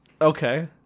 Okay